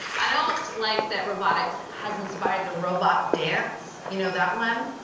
i don't like that robotics has inspired the robot dance. you know, that one.